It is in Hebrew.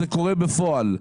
זה קורה בפועל.